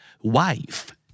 Wife